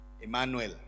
Emmanuel